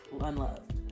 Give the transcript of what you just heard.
unloved